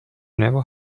never